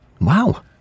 wow